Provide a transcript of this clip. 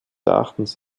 erachtens